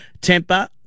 Temper